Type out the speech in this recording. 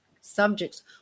subjects